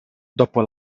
dopo